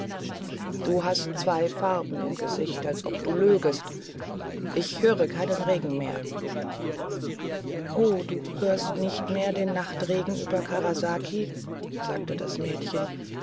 du hast zwei farben im gesicht als ob du lögest ich höre keinen regen mehr o hörst du nicht mehr den nachtregen über karasaki sagte das mädchen